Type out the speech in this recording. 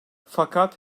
fakat